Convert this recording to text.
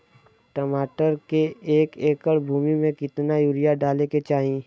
टमाटर के एक एकड़ भूमि मे कितना यूरिया डाले के चाही?